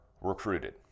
recruited